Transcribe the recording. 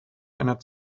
einer